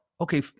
Okay